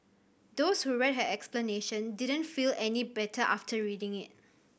those who read her explanation didn't feel any better after reading it